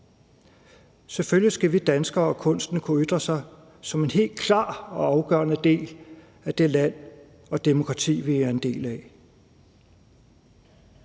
Selvfølgelig skal vi danskere og kunsten kunne ytre sig som en helt klar og afgørende del af det land og demokrati, vi er en del af.